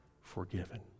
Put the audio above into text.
forgiven